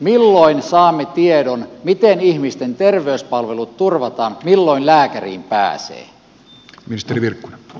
milloin saamme tiedon miten ihmisten terveyspalvelut turvataan milloin lääkäriin pääsee